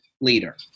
leader